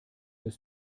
ist